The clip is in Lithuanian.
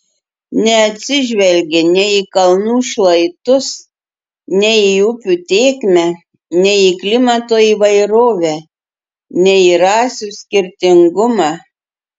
neatsižvelgė nei į kalnų šlaitus nei į upių tėkmę nei į klimato įvairovę nei į rasių skirtingumą